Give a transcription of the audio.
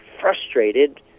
frustrated